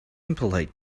impolite